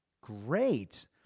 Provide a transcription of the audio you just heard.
great